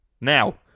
Now